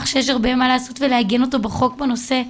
שיש הרבה מה לעשות ולעגן אותו בחוק בנושא,